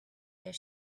their